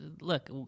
Look